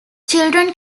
children